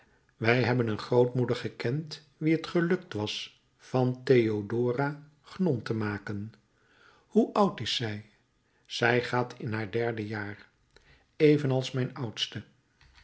wij hebben een grootmoeder gekend wie het gelukt was van theodora gnon te maken hoe oud is zij zij gaat in haar derde jaar evenals mijn oudste